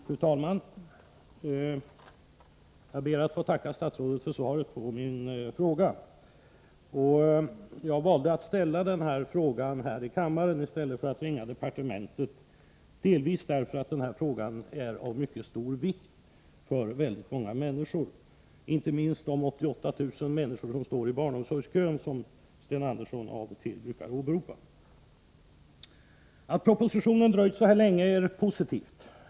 Fru talman! Jag ber att få tacka statsrådet för svaret på min fråga. Jag valde att ställa frågan till statsrådet här i kammaren i stället för att ringa till departementet delvis därför att frågan är av mycket stor vikt för många människor, inte minst de 88 000 som står i barnomsorgskön och som Sten Andersson då och då brukar åberopa. Att propositionen dröjt så här länge är positivt.